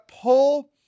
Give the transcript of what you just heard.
pull